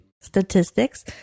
statistics